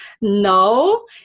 no